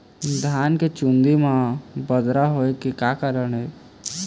धान के चुन्दी मा बदरा होय के का कारण?